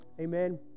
Amen